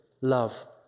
Love